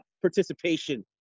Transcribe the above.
participation